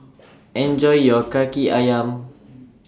Enjoy your Kaki Ayam